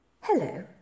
Hello